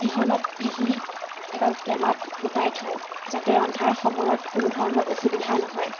পিহনাত পিহি এটা টেমাত গোটাই থওঁ যাতে ৰন্ধাৰ সময়ত কোনো ধৰণৰ অসুবিধা নহয়